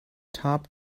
top